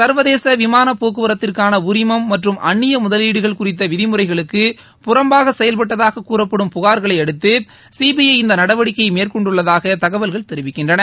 சர்வதேச விமானப்போக்குவரத்திற்கான உரிமம் மற்றும் அன்னிய முதலீடுகள் குறித்த விதிமுறைகளுக்கு புறம்பாக செயல்பட்டதாக கூறப்படும் புகார்களை அடுத்து சிபிஐ இந்த நடவடிக்கையை மேற்கொண்டுள்ளதாக தகவல்கள் தெரிவிக்கின்றன